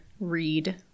read